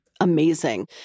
Amazing